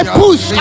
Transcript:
push